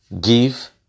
give